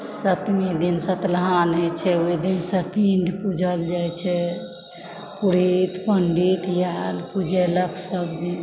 सतमी दिन सतनहान होइ छै ओहि दिनसँ पिण्ड पुजल जाइ छै पुरोहित पण्डित आयल पुजेलक सब दिन